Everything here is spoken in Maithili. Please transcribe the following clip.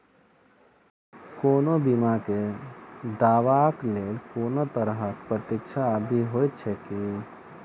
कोनो बीमा केँ दावाक लेल कोनों तरहक प्रतीक्षा अवधि होइत छैक की?